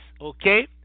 okay